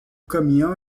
caminhão